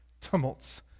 tumults